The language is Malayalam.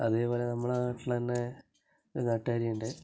അതേപോലെ നമ്മളെ നാട്ടിൽ തന്നെ ഒരു നാട്ടുകാരിയുണ്ട്